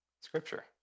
Scripture